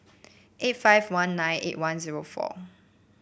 eight five one nine eight one zero four